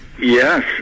Yes